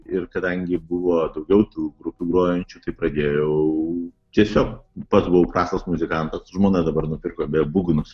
ir kadangi buvo daugiau tų grupių grojančių tai pradėjau tiesiog pats buvau prastas muzikantas žmona dabar nupirko beje būgnus